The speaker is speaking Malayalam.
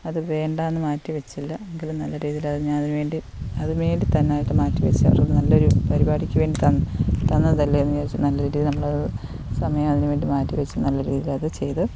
അത് വേണ്ടാന്ന് മാറ്റിവെച്ചില്ല എങ്കിലും നല്ല രീതിയിൽ ഞാൻ അതിനുവേണ്ടി അതിനുവേണ്ടി തന്നെയായിട്ട് മാറ്റിവെച്ച് അവർക്ക് നല്ലൊരു പരിപാടിയ്ക്ക് വേണ്ടി തന്നത് തന്നതല്ലേ എന്നു വിചാരിച്ചു നല്ല രീതിയിൽ നമ്മളത് സമയം അതിനുവേണ്ടി മാറ്റിവെച്ച് നല്ല രീതിയിൽ അത് ചെയ്ത്